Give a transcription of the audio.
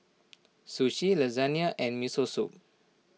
Sushi Lasagna and Miso Soup